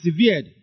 severed